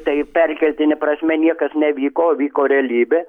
tai perkeltine prasme niekas nevyko o vyko realybė